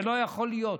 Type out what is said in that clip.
זה לא יכול להיות.